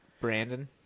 Brandon